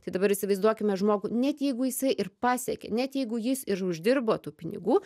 tai dabar įsivaizduokime žmogų net jeigu jisai ir pasiekė net jeigu jis ir uždirbo tų pinigų